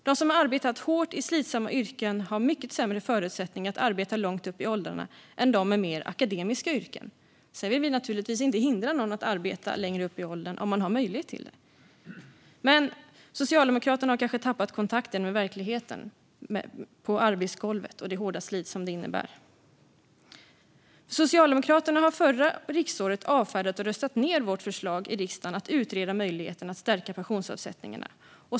De som har arbetat hårt i slitsamma yrken har mycket sämre förutsättningar att arbeta långt upp i åldrarna än de med mer akademiska yrken. Vi vill naturligtvis inte hindra dem som har möjlighet att arbeta längre upp i åldrarna. Men Socialdemokraterna har kanske tappat kontakten med verkligheten på arbetsgolvet och det hårda slitet där. Socialdemokraterna har förra riksåret avfärdat och röstat ned vårt förslag i riksdagen om att utreda möjligheten att stärka pensionsavsättningarna.